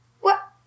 What